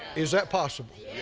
is that possible?